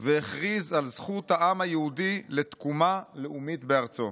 והכריז על זכות העם היהודי לתקומה לאומית בארצו.